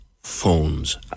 phones